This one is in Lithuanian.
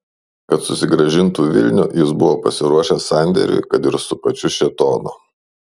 kad susigrąžintų vilnių jis buvo pasiruošęs sandėriui kad ir su pačiu šėtonu